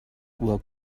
will